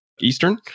Eastern